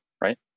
right